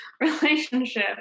relationship